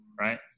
right